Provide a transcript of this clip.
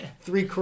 Three